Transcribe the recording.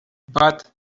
but